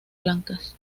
blancas